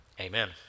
Amen